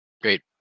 Great